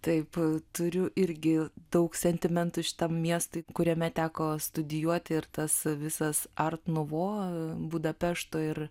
taip turiu irgi daug sentimentų šitam miestui kuriame teko studijuoti ir tas visas art nuvo budapešto ir